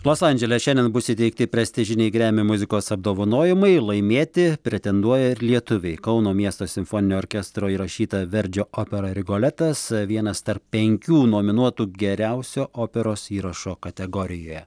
los andžele šiandien bus įteikti prestižiniai gremy muzikos apdovanojimai laimėti pretenduoja ir lietuviai kauno miesto simfoninio orkestro įrašyta verdžio opera rigoletas vienas tarp penkių nominuotų geriausio operos įrašo kategorijoje